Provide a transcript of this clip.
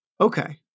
Okay